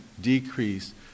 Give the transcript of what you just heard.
decrease